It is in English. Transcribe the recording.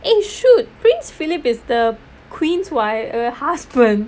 eh shoot prince philip is the queen's wi~ err husband